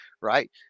right